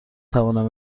توانم